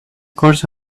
course